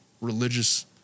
religious-